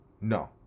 No